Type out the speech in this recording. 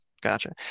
Gotcha